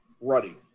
Ruddy